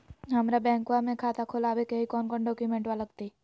हमरा बैंकवा मे खाता खोलाबे के हई कौन कौन डॉक्यूमेंटवा लगती?